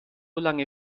lange